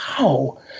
wow